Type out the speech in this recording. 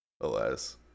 Alas